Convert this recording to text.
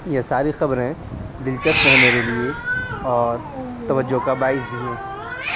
یہ ساری خبریں دلچسپ ہیں میرے لیے اور توجہ کا باعث بھی ہیں